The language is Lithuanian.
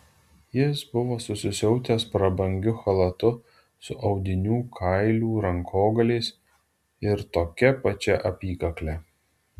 jis buvo susisiautęs prabangiu chalatu su audinių kailių rankogaliais ir tokia pačia apykakle